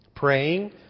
Praying